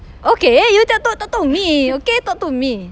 okay you talk talk talk to me okay talk to me